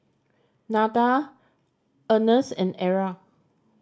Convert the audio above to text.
Nada Earnest and Era